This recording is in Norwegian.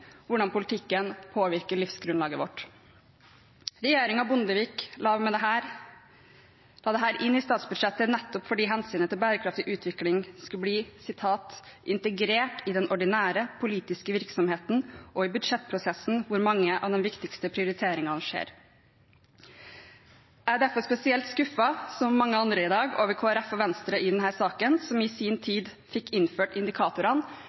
hvordan politikken påvirker livsgrunnlaget vårt. Regjeringen Bondevik II la dette inn i statsbudsjettet nettopp fordi hensynet til bærekraftig utvikling skulle bli «integrert i den ordinære politiske virksomheten og i budsjettprosessen hvor mange av de viktigste prioriteringene skjer». Jeg er derfor spesielt skuffet – som mange andre i dag – over Kristelig Folkeparti og Venstre i denne saken, som i sin tid fikk innført indikatorene,